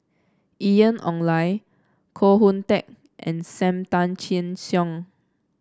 Ian Ong Li Koh Hoon Teck and Sam Tan Chin Siong